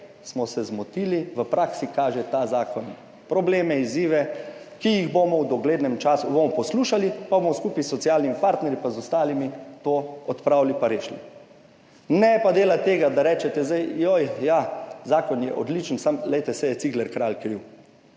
smo se zmotili, v praksi kaže ta zakon probleme, izzive, ki jih bomo v doglednem času bomo poslušali, pa bomo skupaj s socialnimi partnerji pa z ostalimi to odpravili pa rešili. Ne pa delati tega da rečete, zdaj, joj, ja, zakon je odličen, samo glejte, saj je Cigler Kralj kriv.